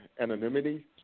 anonymity